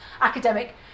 academic